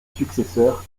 successeur